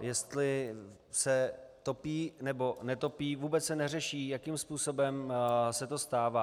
jestli se topí, nebo netopí, vůbec se neřeší, jakým způsobem se to stává.